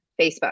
Facebook